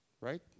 right